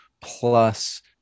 plus